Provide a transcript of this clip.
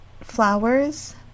flowers